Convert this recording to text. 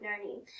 learning